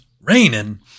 raining